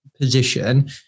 position